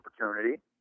opportunity